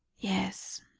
yes,